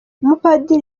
umupadiri